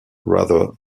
rather